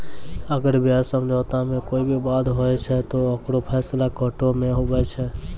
अगर ब्याज समझौता मे कोई बिबाद होय छै ते ओकरो फैसला कोटो मे हुवै छै